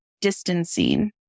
distancing